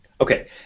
Okay